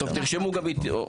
תרשמו גם אותי.